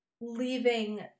leaving